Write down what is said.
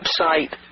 website